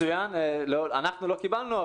מצוין, אנחנו לא קיבלנו.